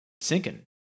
sinking